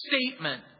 statement